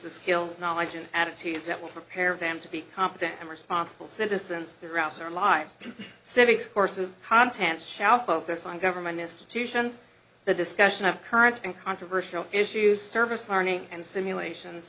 the skills knowledge and attitudes that will prepare them to be competent and responsible citizens throughout their lives civics courses contents shall focus on government institutions the discussion of current and controversial issues service learning and simulations